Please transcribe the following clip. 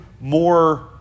more